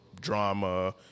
drama